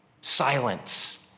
Silence